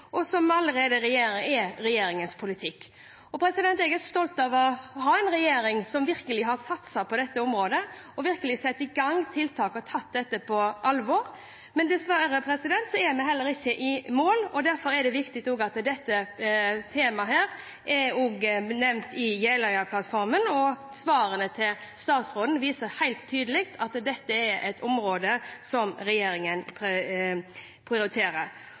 og som allerede er regjeringens politikk. Jeg er stolt over å ha en regjering som virkelig har satset på dette området, og som virkelig har satt i gang tiltak og tatt dette på alvor, men vi er dessverre ikke i mål. Derfor er det viktig at dette temaet også er nevnt i Jeløya-plattformen, og svarene fra statsråden viser helt tydelig at dette er et område som regjeringen prioriterer.